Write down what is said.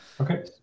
okay